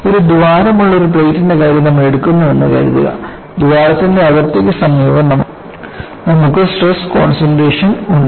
ഒരു ദ്വാരമുള്ള ഒരു പ്ലേറ്റിന്റെ കാര്യം നമ്മൾ എടുക്കുന്നുവെന്ന് കരുതുക ദ്വാരത്തിന്റെ അതിർത്തിക്ക് സമീപം നമുക്ക് സ്ട്രെസ് കോൺസെൻട്രേഷൻ ഉണ്ട്